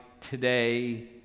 today